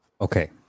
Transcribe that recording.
Okay